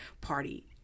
party